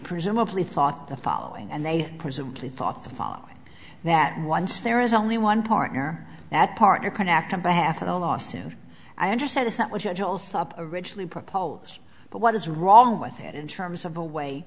presumably thought the following and they presumably thought to follow that once there is only one partner that partner can act on behalf of a lawsuit i understand it's not what you told originally proposed but what is wrong with it in terms of a way